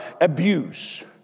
abuse